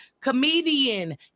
Comedian